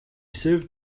serve